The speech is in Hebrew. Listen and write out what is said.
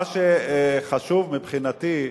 מה שחשוב מבחינתי,